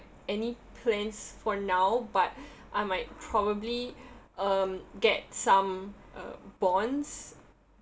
any plans for now but I might probably um get some uh bonds